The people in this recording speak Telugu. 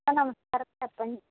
నమస్కారం చెప్పండి